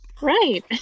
Right